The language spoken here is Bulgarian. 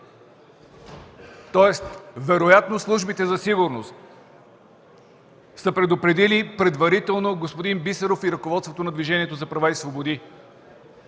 Вероятно службите за сигурност са предупредили предварително господин Бисеров и ръководството на Движението за права и свободи.